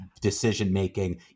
decision-making